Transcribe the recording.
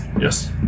Yes